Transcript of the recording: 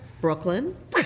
Brooklyn